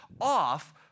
off